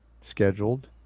scheduled